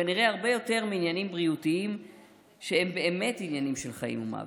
כנראה הרבה יותר מעניינים בריאותיים שהם באמת עניינים של חיים ומוות.